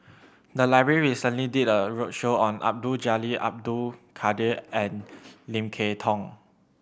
the library recently did a roadshow on Abdul Jalil Abdul Kadir and Lim Kay Tong